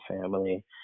family